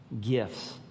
gifts